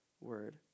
word